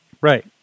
Right